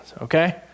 Okay